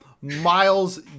Miles